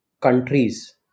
countries